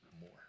more